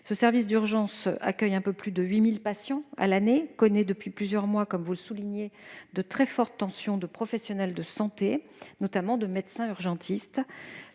Ce service d'urgence accueille un peu plus de 8 000 patients à l'année et connaît depuis plusieurs mois, comme vous le soulignez, de très fortes tensions de professionnels de santé, notamment de médecins urgentistes.